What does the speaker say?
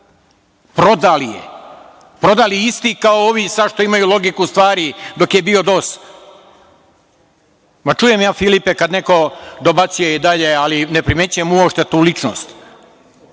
Prodali je. Prodali isti kao ovi sada što imaju logiku stvari dok je bio DOS. Čujem ja Filipe kada neko dobacuje, ali ne primećujem uopšte tu ličnost.